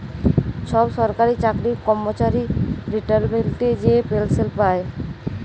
ছব সরকারি চাকরির কম্মচারি রিটায়ারমেল্টে যে পেলসল পায়